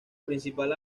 principal